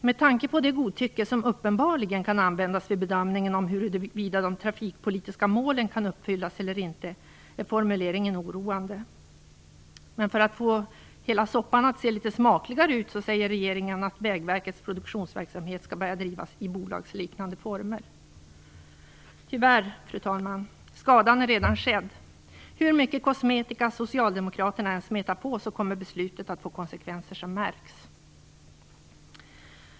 Med tanke på det godtycke som uppenbarligen kan användas vid bedömningen om huruvida de trafikpolitiska målen kan uppfyllas eller inte är formuleringen oroande. För att få hela soppan litet smakligare säger regeringen att Vägverkets produktionsverksamhet skall börja drivas i bolagsliknande former. Tyvärr, fru talman, är skadan redan skedd. Hur mycket kosmetika Socialdemokraterna än smetar på så kommer beslutet att få konsekvenser som märks.